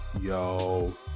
yo